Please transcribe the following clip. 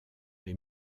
les